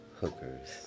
hookers